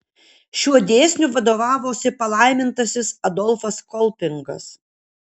šiuo dėsniu vadovavosi palaimintasis adolfas kolpingas